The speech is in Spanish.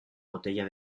botella